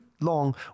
long